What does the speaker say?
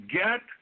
get